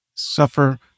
suffer